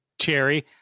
Cherry